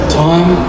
time